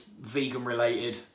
vegan-related